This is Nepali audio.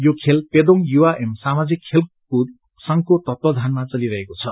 यो खेल पेदोंग युवा एव सामाजिक खेलकूद संघको तत्वावधानमा चलिरहेको छ